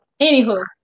Anywho